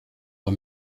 war